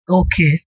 okay